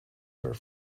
their